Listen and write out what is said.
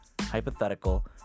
hypothetical